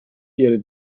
ihre